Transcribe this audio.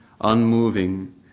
unmoving